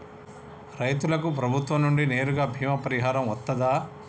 రైతులకు ప్రభుత్వం నుండి నేరుగా బీమా పరిహారం వత్తదా?